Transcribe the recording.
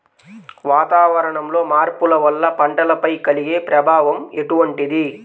వాతావరణంలో మార్పుల వల్ల పంటలపై కలిగే ప్రభావం ఎటువంటిది?